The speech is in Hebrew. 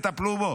תטפלו בו.